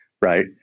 Right